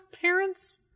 parent's